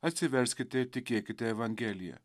atsiverskite ir tikėkite evangelija